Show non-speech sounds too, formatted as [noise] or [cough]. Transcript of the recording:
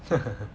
[laughs]